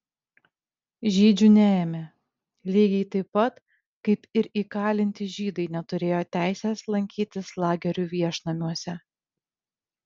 žydžių neėmė lygiai taip pat kaip ir įkalinti žydai neturėjo teisės lankytis lagerių viešnamiuose